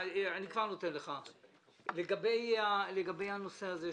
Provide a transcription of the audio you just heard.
לגבי הנושא הזה,